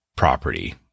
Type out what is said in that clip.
property